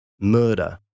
murder